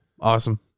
awesome